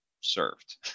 served